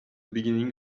beginning